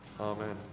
Amen